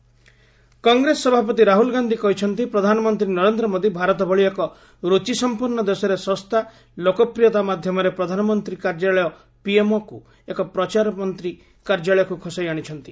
ରାହୁଲ ଗାନ୍ଧୀ କଂଗ୍ରେସ ସଭାପତି ରାହୁଳ ଗାନ୍ଧୀ କହିଛନ୍ତି ପ୍ରଧାନମନ୍ତ୍ରୀ ନରେନ୍ଦ୍ର ମୋଦି ଭାରତ ଭଳି ଏକ ରୁଚି ସମ୍ପନ୍ନ ଦେଶରେ ଶସ୍ତା ଲୋକପ୍ରିୟତା ମାଧ୍ୟମରେ ପ୍ରଧାନମନ୍ତ୍ରୀ କାର୍ଯ୍ୟାଳୟ ପିଏମ୍ଓକୁ ଏକ ପ୍ରଚାର ମନ୍ତ୍ରୀ କାର୍ଯ୍ୟାଳୟକୁ ଖସାଇ ଆଶିଛନ୍ତି